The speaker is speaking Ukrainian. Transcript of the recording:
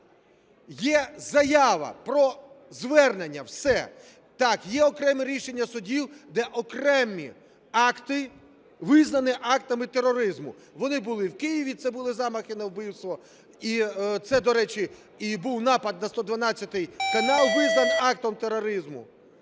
є заява про звернення, все. Так, є окремі рішення судів, де окремі акти визнані актами тероризму. Вони були в Києві, це були замахи на вбивство, і це, до речі, і був напад на 112-й канал, визнаний актом тероризму.